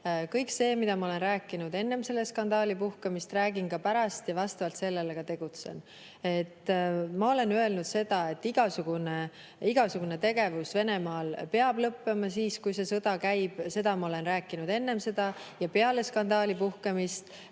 kõik see, mida ma olen rääkinud enne selle skandaali puhkemist, seda räägin ka pärast ja vastavalt sellele ka tegutsen. Ma olen öelnud seda, et igasugune tegevus Venemaal peab lõppema, kui see sõda käib. Seda ma olen rääkinud enne seda ja peale skandaali puhkemist.